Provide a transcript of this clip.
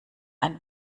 ein